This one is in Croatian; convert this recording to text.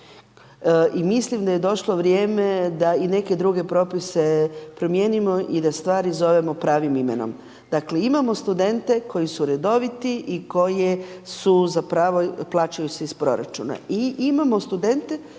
i mislim da je došlo vrijeme da i neke druge propise promijenimo i da stvari zovemo pravim imenom. Dakle, imamo studente koji su redoviti i koji se zapravo plaćaju se iz proračuna. I imamo studente